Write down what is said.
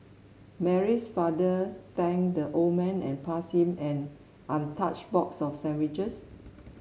Mary's father thanked the old man and passed him an untouched box of sandwiches